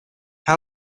how